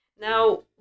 Now